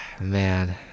man